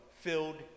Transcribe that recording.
filled